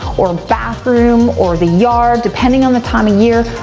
or bathroom, or the yard depending on the time of year,